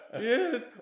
Yes